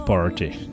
Party